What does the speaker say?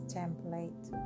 template